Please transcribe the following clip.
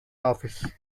office